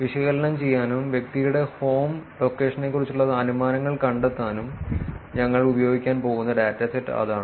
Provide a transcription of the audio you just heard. വിശകലനം ചെയ്യാനും വ്യക്തിയുടെ ഹോം ലൊക്കേഷനെക്കുറിച്ചുള്ള അനുമാനങ്ങൾ കണ്ടെത്താനും ഞങ്ങൾ ഉപയോഗിക്കാൻ പോകുന്ന ഡാറ്റാസെറ്റ് അതാണ്